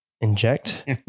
inject